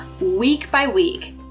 week-by-week